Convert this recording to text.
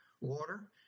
water